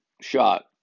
shot